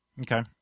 Okay